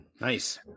Nice